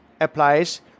applies